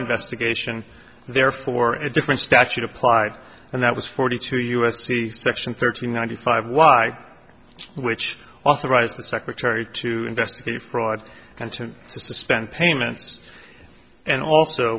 investigation therefore a different statute applied and that was forty two u s c section thirteen ninety five y which authorized the secretary to investigate fraud and to suspend payments and also